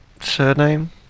Surname